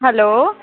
hello